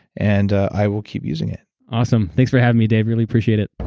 and i will keep using it awesome. thanks for having me, dave. really appreciate it